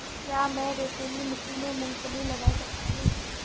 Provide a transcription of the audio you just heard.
क्या मैं रेतीली मिट्टी में मूँगफली लगा सकता हूँ?